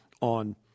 on